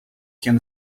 can